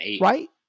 Right